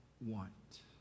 want